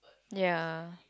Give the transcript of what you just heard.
ya